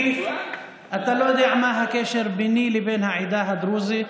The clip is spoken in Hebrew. אתה לא יודע מה הקשר ביני לבין העדה הדרוזית.